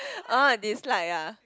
ah dislike ah